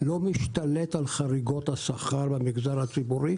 לא משתלט על חריגות השכר במגזר הציבורי